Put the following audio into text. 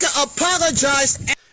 apologize